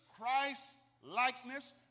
Christ-likeness